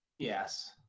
yes